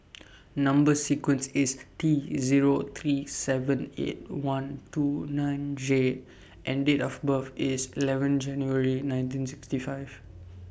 Number sequence IS T Zero three seven eight one two nine J and Date of birth IS eleven January nineteen sixty five